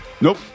Nope